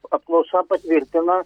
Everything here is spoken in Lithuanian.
apklausa patvirtina